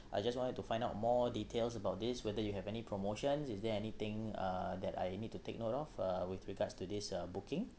I just wanted to find out more details about this whether you have any promotion is there anything uh that I need to take note of uh with regards to this uh booking